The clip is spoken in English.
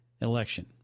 election